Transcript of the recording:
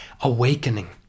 awakening